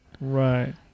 Right